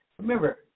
Remember